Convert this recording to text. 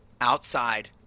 outside